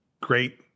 great